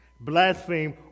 blaspheme